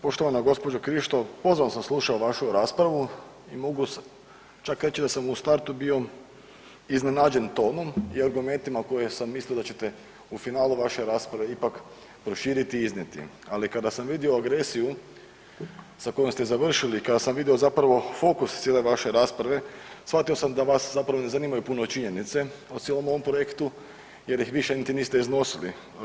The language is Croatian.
Poštovana gospođo Krišto pozorno sam slušao vašu raspravu i mogu čak reći da sam u startu bio iznenađen tonom i argumentima koje sam mislio da ćete u finalu vaše rasprave ipak proširiti i iznijeti, ali kada sam vidio agresiju sa kojom ste završili, kada sam vidio zapravo fokus cijele vaše rasprave shvatio sam da vas zapravo ne zanimaju puno činjenice o cijelom ovom projektu jer ih više niti niste iznosili.